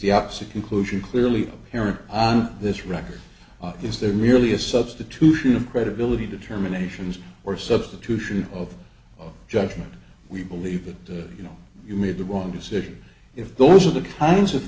the opposite conclusion clearly apparent on this record is there merely a substitution of credibility determinations or substitution of judgment we believe that you know you made the wrong decision if those are the kinds of